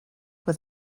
with